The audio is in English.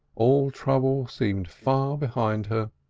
all trouble seemed far behind her.